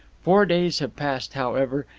four days have passed, however,